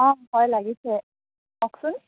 অঁ হয় লাগিছে কওকচোন